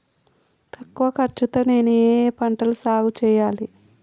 తక్కువ ఖర్చు తో నేను ఏ ఏ పంటలు సాగుచేయాలి?